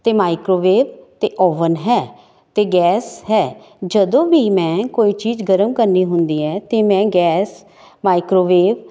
ਅਤੇ ਮਾਈਕਰੋਵੇਵ ਅਤੇ ਓਵਨ ਹੈ ਅਤੇ ਗੈਸ ਹੈ ਜਦੋਂ ਵੀ ਮੈਂ ਕੋਈ ਚੀਜ਼ ਗਰਮ ਕਰਨੀ ਹੁੰਦੀ ਹੈ ਤਾਂ ਮੈਂ ਗੈਸ ਮਾਈਕਰੋਵੇਵ